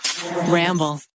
Ramble